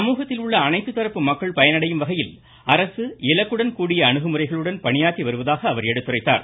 சமூகத்தில் உள்ள அனைத்து தரப்பு மக்கள் பயனடையும் வகையில் அரசு இலக்குடன் கூடிய அணுகுமுறைகளுடன் பணியாற்றி வருவதாக அவர் எடுத்துரைத்தார்